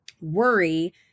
worry